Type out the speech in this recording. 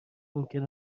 ممکن